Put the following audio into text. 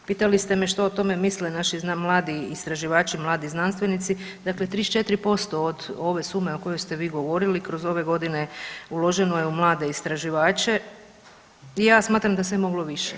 Pitali ste me što o tome misle naši mladi istraživači, mladi znanstvenici, dakle 34% od ove sume o kojoj ste vi govorili kroz ove godine uloženo je u mlade istraživače i ja smatram da se je moglo više.